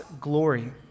glory